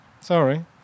Sorry